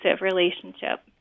relationship